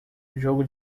jogo